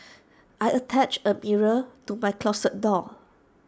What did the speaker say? I attached A mirror to my closet door